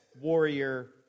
warrior